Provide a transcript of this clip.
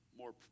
more